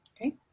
Okay